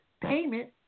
payment